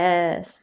Yes